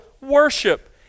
worship